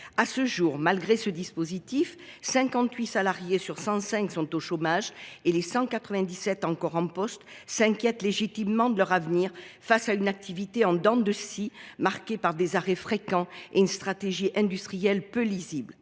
À ce jour, malgré ce dispositif, 58 salariés sur 105 sont au chômage, et les 197 encore en poste s’inquiètent légitimement de leur avenir face à une activité en dents de scie, marquée par des arrêts fréquents et une stratégie industrielle peu lisible.